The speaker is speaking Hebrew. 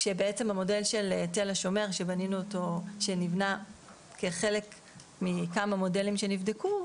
המודל של תל השומר שנבנה כחלק מכמה מודלים שנבדקו,